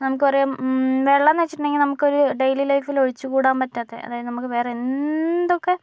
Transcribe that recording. നമുക്ക് പറയാം വെള്ളമെന്നു വച്ചിട്ടുണ്ടെങ്കിൽ നമുക്കൊരു ഡെയിലി ലൈഫില് ഒഴിച്ച് കൂടാൻ പറ്റാത്ത അതായത് നമുക്ക് വേറെ എന്തൊക്കെ